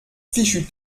fichu